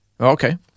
Okay